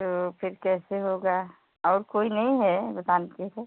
तो फिर कैसे होगा और कोई नहीं है दुकान पर फिर